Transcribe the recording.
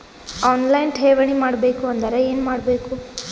On line ಠೇವಣಿ ಮಾಡಬೇಕು ಅಂದರ ಏನ ಮಾಡಬೇಕು?